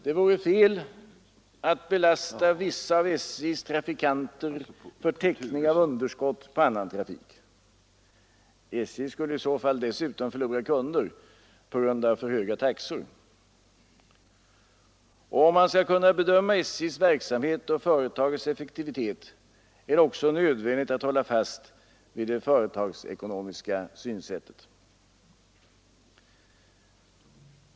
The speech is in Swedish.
Det vore fel att belasta vissa av SJ:s trafikanter för täckning av underskott på annan trafik. SJ skulle dessutom i så fall förlora kunder på grund av för höga taxor. Om man skall kunna bedöma SJ:s verksamhet och företagets effektivitet, är det också nödvändigt att hålla fast vid det företagsekonomiska synsättet.